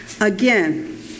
Again